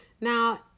Now